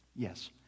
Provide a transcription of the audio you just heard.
Yes